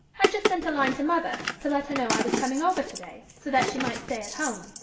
i just sent a line to mother, to let her know i was coming over to-day, so that she might stay at home.